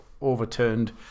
overturned